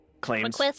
claims